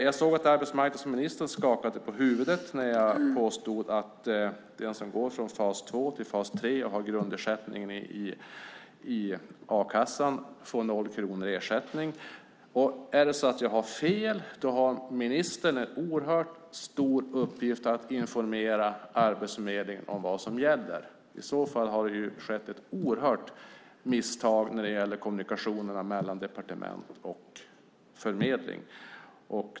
Jag såg att arbetsmarknadsministern skakade på huvudet när jag påstod att den som går från fas 2 till fas 3 och har grundersättningen i a-kassan får noll kronor i ersättning. Är det så att jag har fel har ministern en oerhört stor uppgift att informera Arbetsförmedlingen om vad som gäller. I så fall har det skett ett oerhört misstag i kommunikationen mellan departement och förmedling.